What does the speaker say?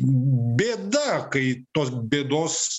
bėda kai tos bėdos